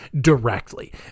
directly